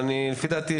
אבל לפי דעתי,